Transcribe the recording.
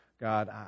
God